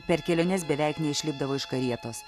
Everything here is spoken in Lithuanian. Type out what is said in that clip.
per keliones beveik neišlipdavo iš karietos